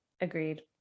agreed